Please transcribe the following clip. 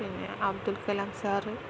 പിന്നെ അബ്ദുൽ കലാം സാറ്